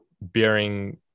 bearing